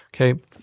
Okay